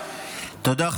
תודה.